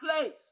place